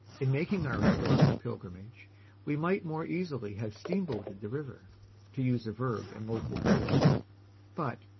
in making our historical pilgrimage we might more easily have steamboated the river to use a verb in local vogue but,